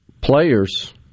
players